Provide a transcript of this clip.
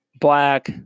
black